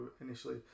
initially